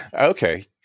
Okay